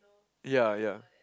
ya ya